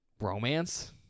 romance